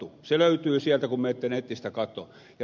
se löytyy kun menette netistä katsomaan